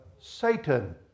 Satan